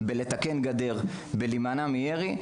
בלתקן גדר שנפרצה ובהתגוננות מפני ירי.